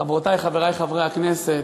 חברותי, חברי חברי הכנסת,